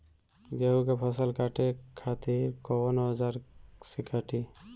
गेहूं के फसल काटे खातिर कोवन औजार से कटी?